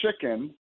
chicken